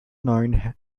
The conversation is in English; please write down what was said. known